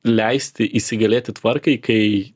leisti įsigalėti tvarkai kai